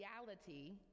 reality